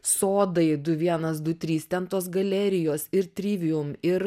sodai du vienas du trys ten tos galerijos ir trivium ir